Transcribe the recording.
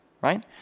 right